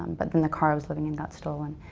but then the car i was living in got stolen.